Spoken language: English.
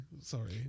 sorry